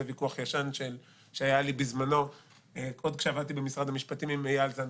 זה ויכוח ישן שהיה לי בזמנו עוד כשעבדתי במשרד המשפטים עם איל זנדברג,